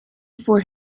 for